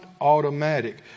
automatic